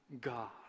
God